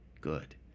good